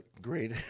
Great